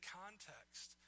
context